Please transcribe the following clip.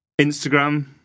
instagram